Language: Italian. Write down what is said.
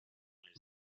nel